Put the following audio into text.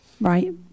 Right